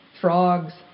Frogs